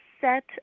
set